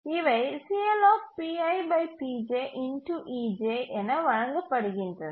இவை என வழங்கப்படுகின்றன